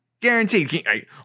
guaranteed